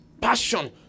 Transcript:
passion